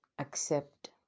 accept